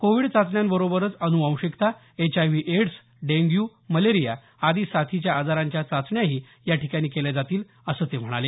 Covid चाचण्यांबरोबरच अनुवंशिकता HIV AIDS dengue malaria आदी साथीच्या आजारांच्या चाचण्या याठिकाणी केल्या जातील असं सांगितलं